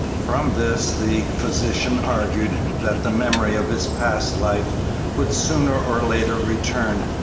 from this the physician argued that the memory of his past life would sooner or later return,